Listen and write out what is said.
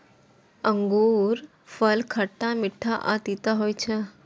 अंगूरफल खट्टा, मीठ आ तीत होइ छै